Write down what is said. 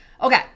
Okay